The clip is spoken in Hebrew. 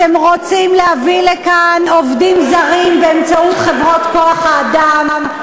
אתם רוצים להביא לכאן עובדים זרים באמצעות חברות כוח-האדם.